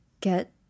get